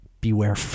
beware